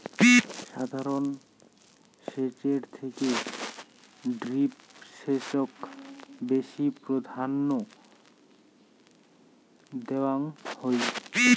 সাধারণ সেচের থেকে ড্রিপ সেচক বেশি প্রাধান্য দেওয়াং হই